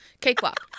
Cakewalk